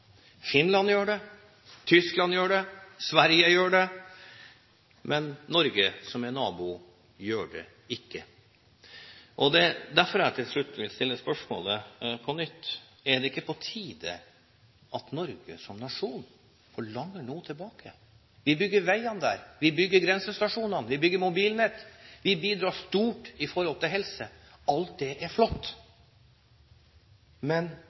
Finland gjør det, Tyskland gjør det, Sverige gjør det. Men Norge, som er nabo, gjør det ikke. Det er derfor jeg til slutt vil stille spørsmålet på nytt: Er det ikke på tide at Norge som nasjon forlanger noe tilbake? Vi bygger veiene der, vi bygger grensestasjonene, vi bygger mobilnett, vi bidrar stort i forhold til helse. Alt det er flott. Men